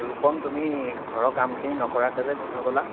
ৰূপম তুমি ঘৰৰ কামখিনি নকৰাকৈ যে ঘৰ গ'লা